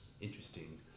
interesting